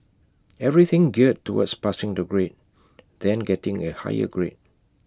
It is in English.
everything geared towards passing the grade then getting A higher grade